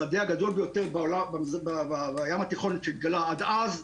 השדה הגדול ביותר בים התיכון שהתגלה עד אז.